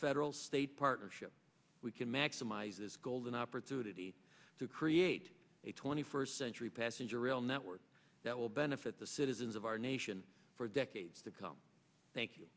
federal state partnership we can maximize this golden opportunity to create a twenty first century passenger rail network that will benefit the citizens of our nation for decades to come thank you